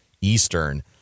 Eastern